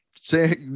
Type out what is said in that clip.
say